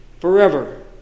forever